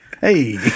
Hey